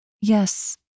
Yes